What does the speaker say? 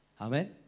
Amen